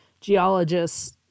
geologists